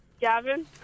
Gavin